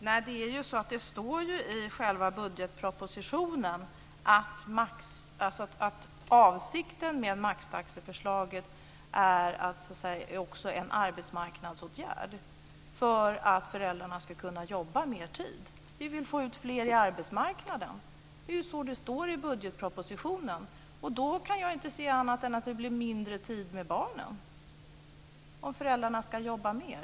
Fru talman! Nej, det står i själva budgetpropositionen att avsikten med maxtaxeförslaget också är att fungera som en arbetsmarknadsåtgärd, för att föräldrarna ska kunna jobba mer tid. Vi vill få ut fler på arbetsmarknaden. Det är så det står i budgetpropositionen. Om föräldrarna ska jobba mer kan jag inte se annat än att det blir mindre tid med barnen.